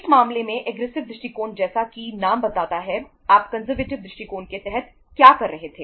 इस मामले में एग्रेसिव दृष्टिकोण के तहत क्या कर रहे थे